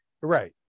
right